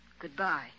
Goodbye